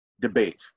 debate